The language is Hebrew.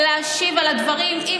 להשיב על הדברים, תקשיבי.